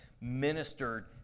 ministered